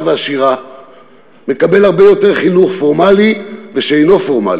ועשירה מקבל הרבה יותר חינוך פורמלי ולא-פורמלי,